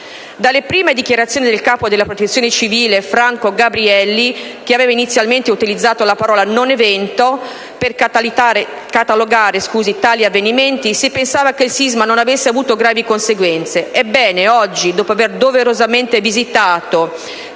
Dalle prime dichiarazioni del capo della Protezione civile Franco Gabrielli, che aveva inizialmente utilizzato la parola "non evento" per catalogare tali avvenimenti, si pensava che il sisma non avesse avuto gravi conseguenze. Ebbene, oggi, dopo aver doverosamente visitato,